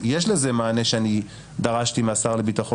יש לזה מענה שאני דרשתי מהשר לביטחון